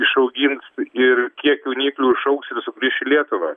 išaugins ir kiek jauniklių išaugs ir sugrįš į lietuvą